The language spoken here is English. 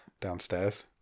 downstairs